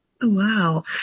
Wow